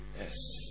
Yes